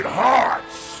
hearts